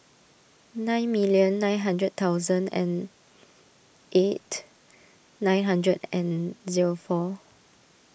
nine million nine hundred thousand and eight nine hundred and zero four